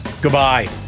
Goodbye